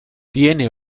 tiene